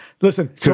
Listen